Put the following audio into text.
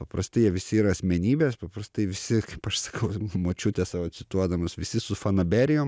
paprastai jie visi yra asmenybės paprastai visi kaip aš sakau močiutę savo cituodamas visi su fanaberijom